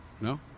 No